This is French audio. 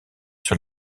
sur